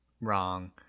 Wrong